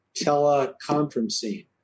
teleconferencing